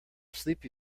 sleepy